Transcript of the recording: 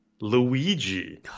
Luigi